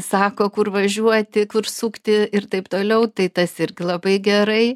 sako kur važiuoti kur sukti ir taip toliau tai tas irgi labai gerai